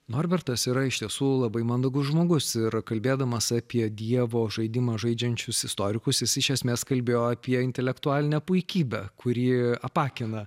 norbertas yra iš tiesų labai mandagus žmogus ir kalbėdamas apie dievo žaidimą žaidžiančius istorikus jis iš esmės kalbėjo apie intelektualinę puikybę kuri apakina